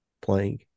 playing